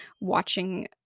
watching